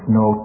no